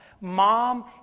Mom